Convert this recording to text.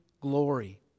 glory